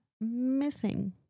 missing